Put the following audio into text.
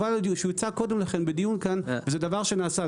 שיוצע יוצע קודם לכן בדיון כאן זה דבר שנעשה,